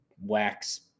wax